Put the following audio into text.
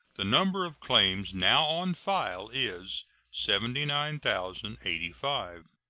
the number of claims now on file is seventy nine thousand and eighty five.